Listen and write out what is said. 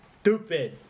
stupid